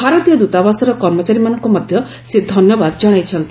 ଭାରତୀୟ ଦୂତାବାସର କର୍ମଚାରୀମାନଙ୍କୁ ମଧ୍ୟ ସେ ଧନ୍ୟବାଦ ଜଣାଇଛନ୍ତି